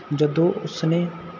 ਜਦੋਂ ਉਸਨੇ